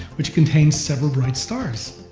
which contains several bright stars.